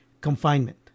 confinement